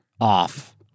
off